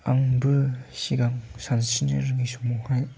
आंबो सिगां सानस्रिनो रोङै समावहाय